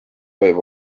võib